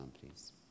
please